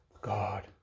God